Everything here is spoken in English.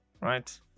right